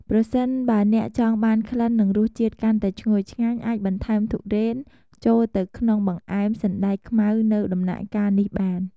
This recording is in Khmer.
ប្រសិនបើអ្នកចង់បានក្លិន និងរសជាតិកាន់តែឈ្ងុយឆ្ងាញ់ អាចបន្ថែមធុរេនចូលទៅក្នុងបង្អែមសណ្ដែកខ្មៅនៅដំណាក់កាលនេះបាន។